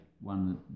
one